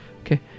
Okay